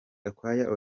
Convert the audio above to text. gakwaya